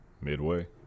midway